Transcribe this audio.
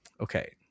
okay